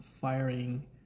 firing